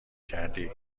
کردی